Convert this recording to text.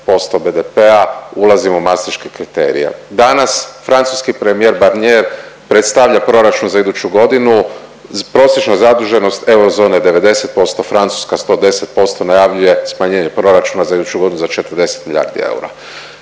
58,9% BDP-a ulazimo u mastriške kriterije, danas francuski premijer Barnier predstavlja proračun za iduću godinu prosječna zaduženost eurozone 90%, Francuska 110% najavljuje smanjenje proračuna za iduću godinu za 40 milijardi eura.